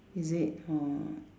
is it ha